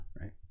Right